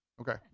Okay